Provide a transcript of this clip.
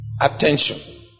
attention